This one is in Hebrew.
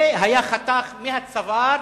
והיה חתך מהצוואר